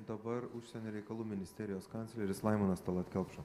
dabar užsienio reikalų ministerijos kancleris laimonas talat kelpša